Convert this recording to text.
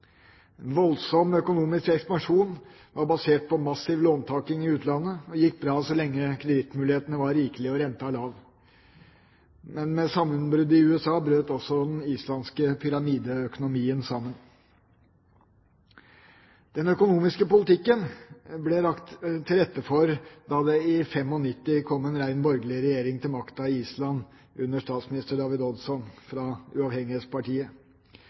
voldsom økonomisk ekspansjon var basert på massiv låntaking i utlandet. Det gikk bra så lenge kredittmulighetene var rikelige og renta lav. Med sammenbruddet i USA brøt også den islandske pyramideøkonomien sammen. Det ble lagt til rette for den økonomiske politikken da det i 1995 kom en ren borgerlig regjering til makten i Island under statsminister David Oddsson fra